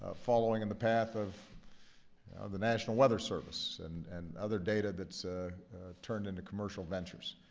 ah following in the path of the national weather service and and other data that's ah turned into commercial ventures.